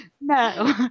No